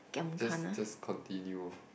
just just continue